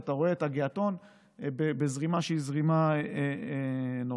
ואתה רואה את הגעתון בזרימה שהיא זרימה נורמלית.